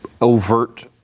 overt